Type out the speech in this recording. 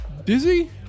Dizzy